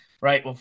Right